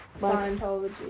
Scientology